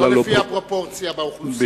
לא לפי הפרופורציה באוכלוסייה.